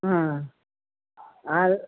হুম আর